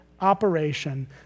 operation